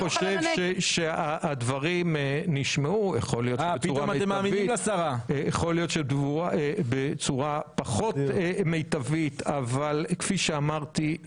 אני חושב שהדברים נשמעו יכול להיות בצורה פחות מיטבית אבל כפי שאמרתי,